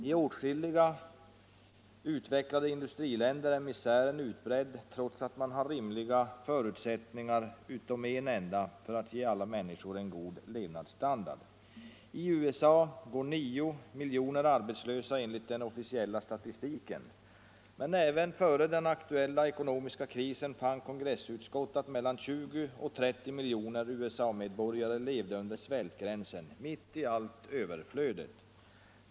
I åtskilliga utvecklade industriländer är misären utbredd trots att man där har alla rimliga förutsättningar utom en enda för att ge alla människor en god levnadsstandard. I USA går 9 miljoner människor arbetslösa enligt den officiella statistiken. Men även före den aktuella ekonomiska krisen fann kongressutskott att mellan 20 och 30 miljoner USA-medborgare levde under svältgränsen — mitt i allt överflödet.